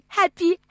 happy